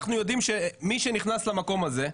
אנחנו יודעים שמי שנכנס למקום הזה,